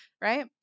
Right